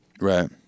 Right